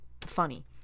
funny